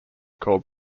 called